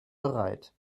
bereit